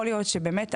יכול להיות שבאמת,